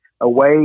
away